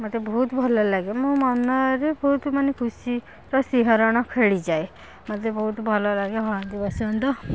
ମତେ ବହୁତ ଭଲ ଲାଗେ ମୋ ମନରେ ବହୁତ ମାନେ ଖୁସିର ଶିହରଣ ଖେଳିଯାଏ ମତେ ବହୁତ ଭଲ ଲାଗେ ହଳଦୀ ବସନ୍ତ